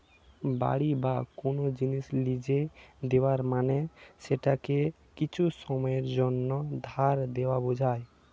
বাড়ি বা কোন জিনিস লীজে দেওয়া মানে সেটাকে কিছু সময়ের জন্যে ধার দেওয়া বোঝায়